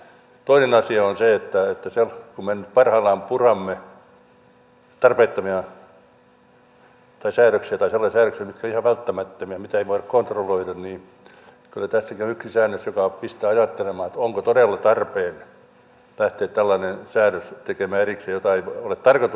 toinen asia on se että kun me nyt parhaillaan puramme sellaisia säädöksiä mitkä eivät ole ihan välttämättömiä ja mitä ei voi kontrolloida niin kyllä tässäkin on yksi säännös joka pistää ajattelemaan että onko todella tarpeen lähteä tekemään erikseen tällainen säädös jota ei ole tarkoituskaan valvoa